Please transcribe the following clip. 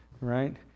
Right